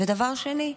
ודבר שני,